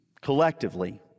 collectively